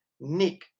nick